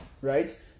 right